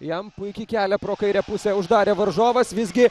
jam puikiai kelią pro kairę pusę uždarė varžovas visgi